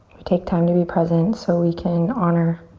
take time to be present so we can honor